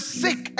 sick